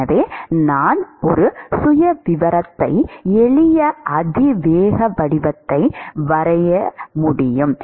எனவே நான் ஒரு சுயவிவரத்தை எளிய அதிவேக வடிவத்தை வரைய முடியும்